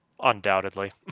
Undoubtedly